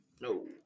No